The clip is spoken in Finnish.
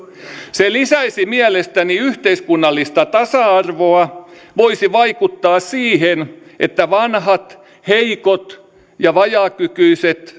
se lisäisi mielestäni yhteiskunnallista tasa arvoa voisi vaikuttaa siihen että vanhat heikot ja vajaakykyiset